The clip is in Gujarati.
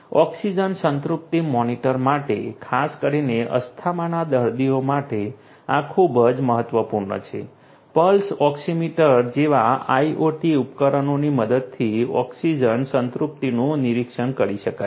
ઓક્સિજન સંતૃપ્તિ મોનિટરિંગ માટે ખાસ કરીને અસ્થમાના દર્દીઓ માટે આ ખૂબ જ મહત્વપૂર્ણ છે પલ્સ ઓક્સિમીટર જેવા IOT ઉપકરણોની મદદથી ઓક્સિજન સંતૃપ્તિનું નિરીક્ષણ કરી શકાય છે